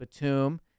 Batum